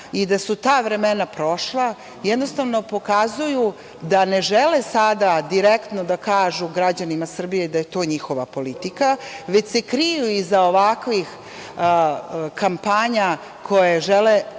i da su ta vremena prošla, jednostavno pokazuju da ne žele sada direktno da kažu građanima Srbije da je to njihova politika, već se kriju iza ovakvih kampanja koje žele